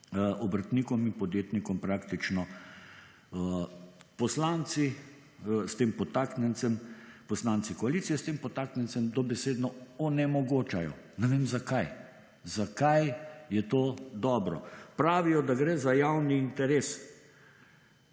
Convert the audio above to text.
obrtnikom in podjetnikom praktično poslanci, s tem podtaknjencem, poslanci koalicije, s tem podtaknjencem, dobesedno onemogočajo. Ne vem zakaj. Zakaj je to dobro? Pravijo, da gre za javni interes.